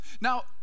Now